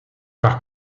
par